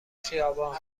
خیابان